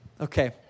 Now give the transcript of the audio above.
Okay